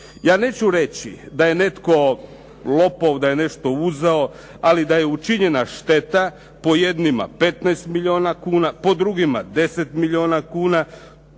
Ja neću reći da je netko lopov, da je nešto uzeo, ali da je učinjena šteta po jednima 15 milijuna kuna, po drugima 10 milijuna kuna,